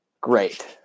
great